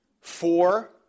Four